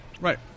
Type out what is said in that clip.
Right